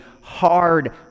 hard